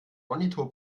monitor